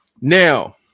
Now